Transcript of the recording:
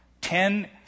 Ten